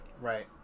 right